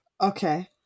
Okay